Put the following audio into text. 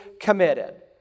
committed